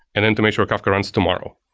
and then to make sure kafka runs tomorrow.